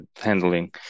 handling